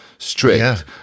Strict